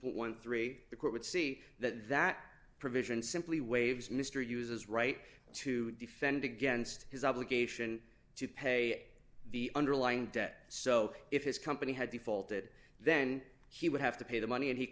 dollars the court would see that that provision simply waives mr uses right to defend against his obligation to pay the underlying debt so if his company had defaulted then he would have to pay the money and he